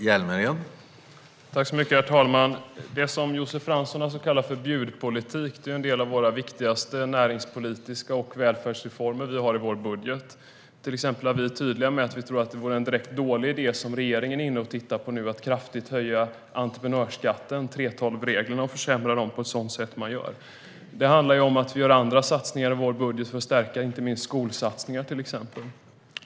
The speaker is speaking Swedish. Herr talman! Det som Josef Fransson kallar för bjudpolitik är en del av de viktigaste näringspolitiska reformer och välfärdsreformer som vi har i vår budget. Det handlar till exempel om att vi är tydliga med att vi tror att det vore en direkt dålig idé som regeringen nu tittar på, det vill säga att kraftigt höja entreprenörsskatten och försämra 3:12-reglerna. Det handlar också om att vi föreslår andra satsningar i vår budget, inte minst satsningar för att stärka skolan.